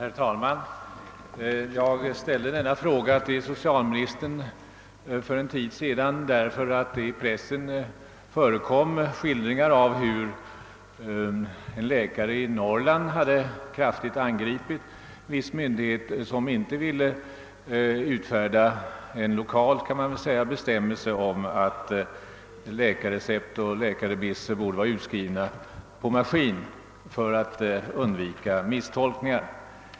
Herr talman! Jag ställde min fråga till socialministern för en tid sedan, därför att det i pressen hade förekommit skildringar av hur en läkare i Norrland hade kritiserat en viss myndighet för att den inte ville utfärda en lokal bestämmelse om att läkarrecept och läkarremisser borde vara utskrivna på maskin för att undvika misstolkningar.